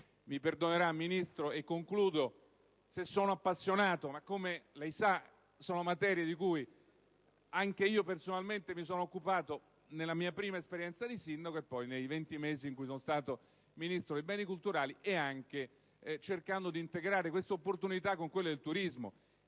Mi perdonerà, Ministro, se sono appassionato sulla questione, ma come lei sa sono materie di cui anche io personalmente mi sono occupato nella mia prima esperienza di sindaco e poi nei 20 mesi in cui sono stato Ministro dei beni culturali, anche cercando di integrare questa opportunità con quella del turismo.